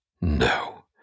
No